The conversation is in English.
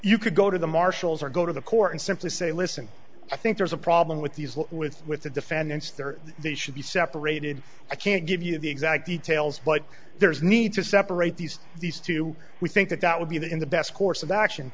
you could go to the marshals or go to the court and simply say listen i think there's a problem with these laws with with the defendants there they should be separated i can't give you the exact details but there is need to separate these these two we think that that would be the in the best course of action